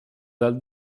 dal